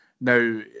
Now